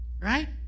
Right